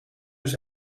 dus